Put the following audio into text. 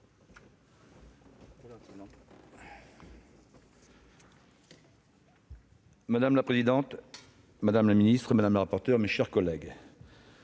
Madame la présidente, monsieur le ministre, madame la rapporteure, mes chers collègues,